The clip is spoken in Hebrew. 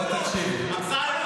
בואו תקשיבו.